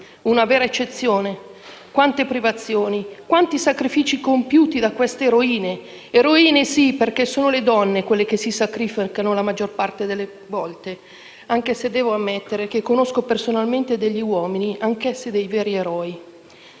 una vera eccezione. Quante privazioni, quanti sacrifici compiuti da queste eroine; eroine, sì, perché sono le donne quelle che si sacrificano la maggior parte delle volte, anche se devo ammettere che conosco personalmente degli uomini, anch'essi dei veri eroi.